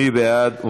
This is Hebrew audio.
מי בעד?